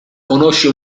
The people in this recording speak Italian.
conosce